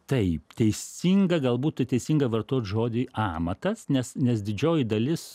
taip teisinga gal būtų teisinga vartot žodį amatas nes nes didžioji dalis